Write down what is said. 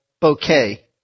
bouquet